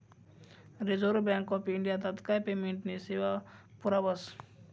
reserve Bank of India तात्काय पेमेंटनी सेवा पुरावस